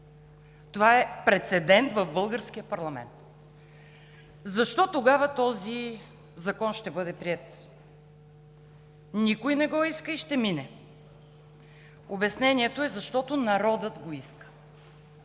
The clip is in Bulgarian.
Това е прецедент в българския парламент. Защо тогава този закон ще бъде приет? Никой не го иска и ще мине. Обяснението е: защото народът го иска.